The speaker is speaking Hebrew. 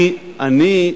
אני מעריך,